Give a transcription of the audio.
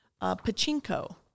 Pachinko